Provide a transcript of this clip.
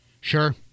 Sure